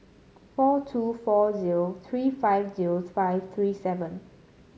four two four zero three five zero five three seven